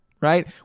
right